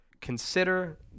consider